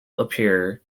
appear